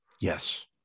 yes